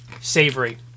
savory